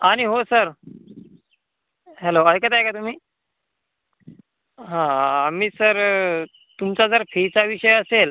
आणि हो sir hello ऐकत आहे का तुम्ही हा मी सर तुमचा जर फीचा विषय असेल